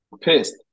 Pissed